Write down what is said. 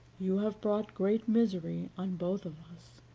you have brought great misery on both of us.